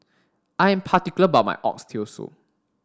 I'm particular about my Oxtail Soup